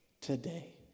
today